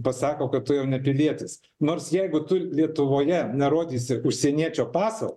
pasako kad tu jau ne pilietis nors jeigu tu lietuvoje nerodysi užsieniečio paso